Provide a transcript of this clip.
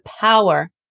power